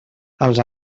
els